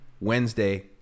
Wednesday